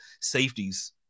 safeties